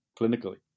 clinically